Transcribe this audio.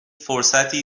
فرصتی